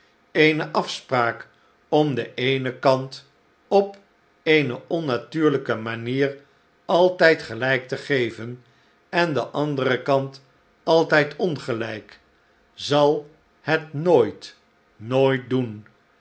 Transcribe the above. eene afspraak om den eenen kant op eene onnatuurlijke manier altijd gelijk te geven en den anderen kant altijd onstephen wordt weggezonden gelijk zal het nooit nooit doen